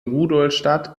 rudolstadt